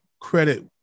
credit